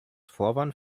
vorwand